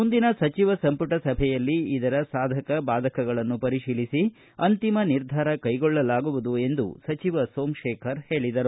ಮುಂದಿನ ಸಚಿವ ಸಂಪುಟ ಸಭೆಯಲ್ಲಿ ಇದರ ಸಾಧಕ ಬಾದಕ ಪರಿಶೀಲಿಸಿ ಅಂತಿಮ ನಿರ್ಧಾರ ಕೈಗೊಳ್ಳಲಾಗುವುದು ಎಂದು ಸಚಿವ ಸೋಮಶೇಖರ ಹೇಳಿದರು